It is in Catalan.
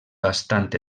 bastant